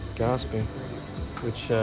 gasping which yeah